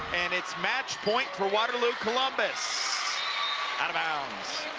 and it's match point forwaterloo columbus out of bounds.